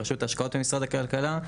ברשות ההשקעות במשרד הכלכלה,